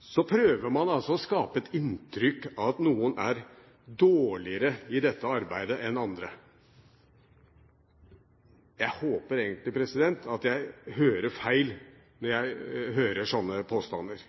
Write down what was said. Så prøver man å skape et inntrykk av at noen er dårligere i dette arbeidet enn andre. Jeg håper egentlig at jeg hører feil når jeg hører sånne påstander,